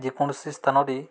ଯେକୌଣସି ସ୍ଥାନରେ